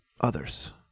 others